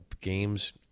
games